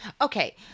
Okay